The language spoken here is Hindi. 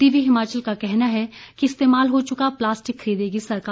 दिव्य हिमाचल का कहना है इस्तेमाल हो चुका प्लास्टिक खरीदेगी सरकार